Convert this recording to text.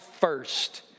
first